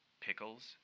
pickles